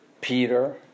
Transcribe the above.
Peter